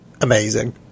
amazing